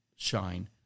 Shine